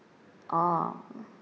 oh